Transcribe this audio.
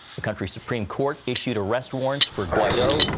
the country's supreme court issued arrest warrants for guaido,